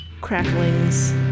cracklings